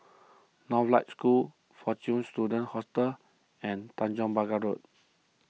Northlight School fortune Students Hostel and Tanjong Pagar Road